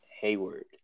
Hayward